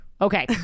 Okay